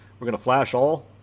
we're going to flash all